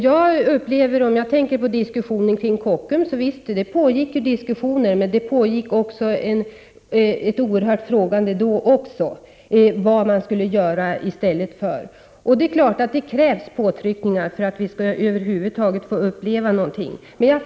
Jag tänker på diskussionen i samband med nedläggning av en Kockumsan läggning. Visst pågick det diskussioner då, och det ställdes också då oerhört många frågor om vad som skulle göras i stället. Det krävs påtryckningar för att vi över huvud taget skall få uppleva någonting.